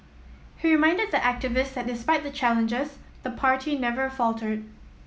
he reminded the activists that despite the challenges the party never faltered